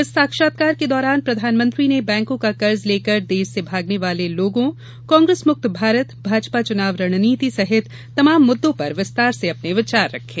इस साक्षात्कार के दौरान प्रधानमंत्री ने बैंको का कर्ज लेकर देश से भागने वाले लोगों कांग्रेसमुक्त भारत भाजपा चुनाव रणनीति सहित तमाम मुद्दों पर विस्तार से अपने विचार रखे